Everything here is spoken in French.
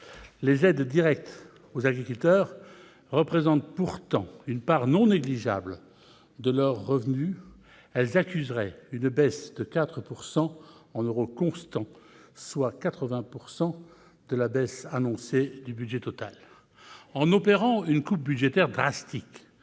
Les aides directes aux agriculteurs, qui représentent pourtant une part non négligeable des revenus de ceux-ci, accuseraient une baisse de 4 % en euros constants, soit 80 % de la baisse annoncée du budget total. En opérant une coupe budgétaire drastique,